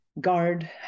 guard